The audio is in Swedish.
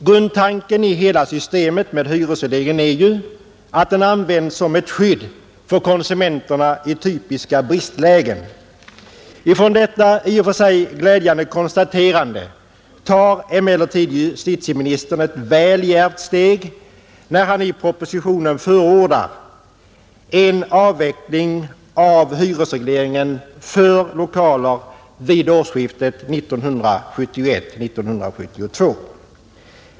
Grundtanken i hela systemet med hyresregleringen är ju att den används som ett skydd för konsumenterna i typiska bristlägen. Ifrån detta i och för sig glädjande konstaterande tar emellertid justitieministern ett väl djärvt steg, när han i propositionen förordar en avveckling av hyresregleringen för lokaler vid årsskiftet 1971—1972.